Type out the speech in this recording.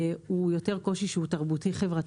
הוא יותר קושי תרבותי-חברתי,